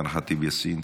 אימאן ח'טיב יאסין,